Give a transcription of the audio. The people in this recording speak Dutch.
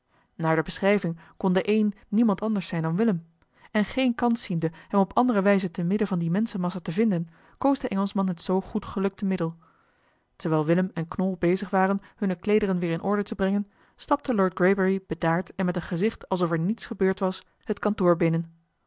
naar de beschrijving kon de een niemand anders zijn dan willem en geen kans ziende hem op andere wijze te midden van die menschenmassa te vinden koos de engelschman het zoo goed gelukte middel terwijl willem en knol bezig waren hunne kleederen weer in orde te brengen stapte lord greybury bedaard en met een gezicht alsof er niets gebeurd was het kantoor binnen